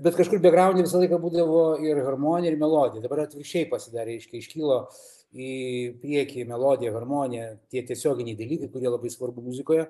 ir bet kažkur bekgraunde visą laiką būdavo ir harmonija ir melodija dabar atvirkščiai pasidarė reiškia iškilo į priekį melodija harmonija tie tiesioginiai dalykai kurie labai svarbu muzikoje